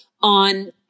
on